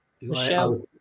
Michelle